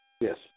Yes